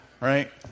Right